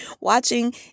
watching